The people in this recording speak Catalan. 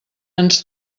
ens